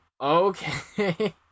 okay